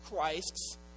Christs